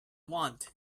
want